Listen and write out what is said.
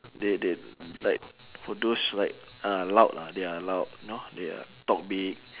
they they like for those who like uh loud ah they are loud you know they are talk big